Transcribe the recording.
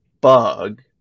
bug